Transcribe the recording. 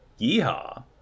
Yeehaw